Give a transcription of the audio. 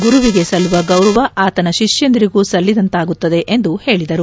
ಗುರುವಿಗೆ ಸಲ್ಲುವ ಗೌರವ ಆತನ ಶಿಷ್ಯಂದಿರಿಗೂ ಸಲ್ಲಿಸದಂತಾಗುತ್ತದೆ ಎಂದು ಹೇಳಿದರು